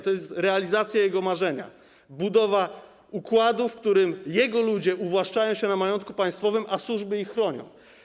To jest realizacja jego marzenia, budowa układu, w którym jego ludzie uwłaszczają się na majątku państwowym, a służby ich chronią.